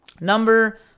Number